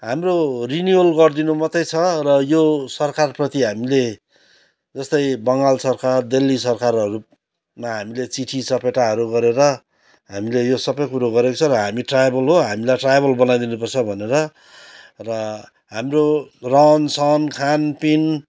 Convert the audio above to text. हाम्रो रिन्युवल गरिदिनु मात्रै छ र यो सरकारप्रति हामीले जस्तै बङ्गाल सरकार दिल्ली सरकारहरू हामीले चिट्ठीचपेटाहरू गरेर हामीले यो सबै कुरा गरेको छ र हामी ट्राइबल हो र हामीलाई ट्राइबल बनाई दिनुपर्छ भनेर र हाम्रो रहनसहन खानपिन